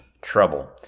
trouble